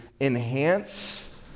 enhance